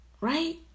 Right